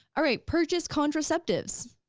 all right purchase contraceptives.